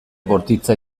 bortitza